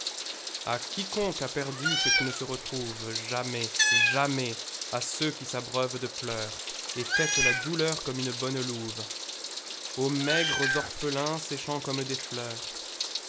a quiconque a perdu ce qui ne se retrouvejamais jamais à ceux qui s'abreuvent de pleurset tettent la douleur comme une bonne louve aux maigres orphelins séchant comme des fleurs